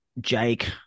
jake